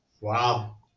Wow